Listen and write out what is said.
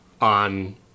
on